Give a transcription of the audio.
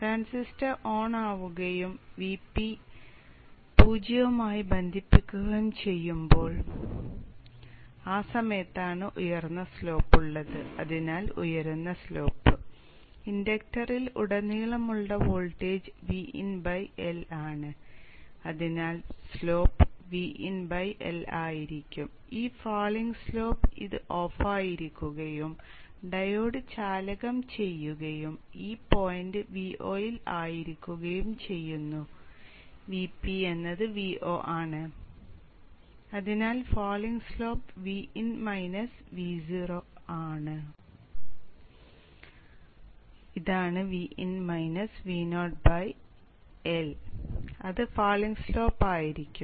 transistor on ആവുകയും Vp 0 യുമായി ബന്ധിപ്പിച്ചിരിക്കുകയും ചെയ്യുന്ന സമയത്താണ് ഉയർന്ന സ്ലോപ്പ് ഉള്ളത് L അത് ഫാളിംഗ് സ്ലോപ്പ് ആയിരിക്കും